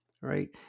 right